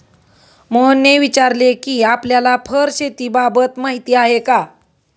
मोहनने विचारले कि आपल्याला फर शेतीबाबत माहीती आहे का?